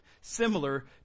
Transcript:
similar